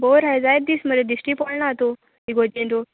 बोर हाय जायत दीस मरे दिश्टी पडना तूं इगोजेन तूं